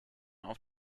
auf